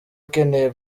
akeneye